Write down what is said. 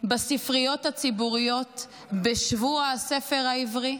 בספריות הציבוריות בשבוע הספר העברי,